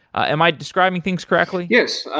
ah am i describing things correctly? yes.